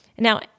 Now